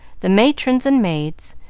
the matrons and maids,